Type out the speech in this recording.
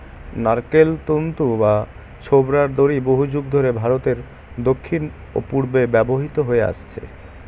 নারকোল তন্তু বা ছোবড়ার দড়ি বহুযুগ ধরে ভারতের দক্ষিণ ও পূর্বে ব্যবহৃত হয়ে আসছে